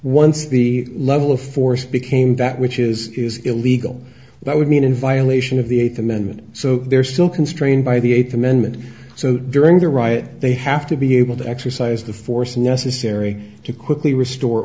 once the level of force became that which is is illegal but would mean in violation of the eighth amendment so they're still constrained by the eighth amendment so during the riot they have to be able to exercise the force necessary to quickly restore